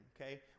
okay